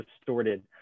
distorted